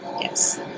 Yes